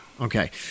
Okay